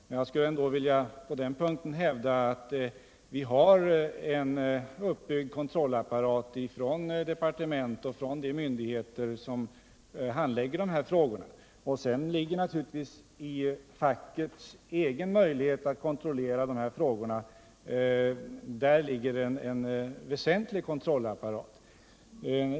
Men jag skulle ändå på den punkten vilja hävda att vi har en kontrollapparat uppbyggd i departementet och i de myndigheter som handlägger dessa frågor. Sedan har naturligtvis facket självt möjligheter att kontrollera dessa ting. Det är en väsentlig kontrollapparat.